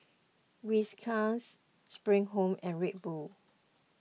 Whiskas Spring Home and Red Bull